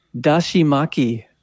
Dashimaki